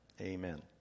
Amen